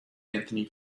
anthony